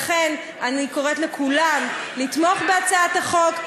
לכן אני קוראת לכולם לתמוך בהצעת החוק,